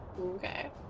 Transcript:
Okay